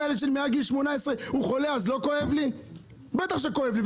בטח שכואב לי.